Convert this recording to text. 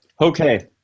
Okay